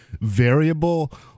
variable